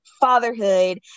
Fatherhood